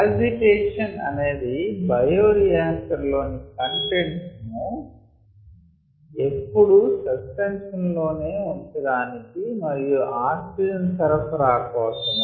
agitation అనేది bioreactor లోని content ను ఎప్పుడూ సస్పెన్షన్ లోనే ఉంచడానికి మరియు ఆక్సిజన్ సరఫరా కోసము